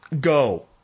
go